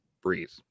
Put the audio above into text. breathe